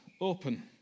open